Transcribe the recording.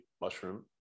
mushroom